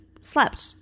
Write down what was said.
slept